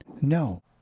No